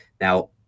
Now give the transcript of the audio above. Now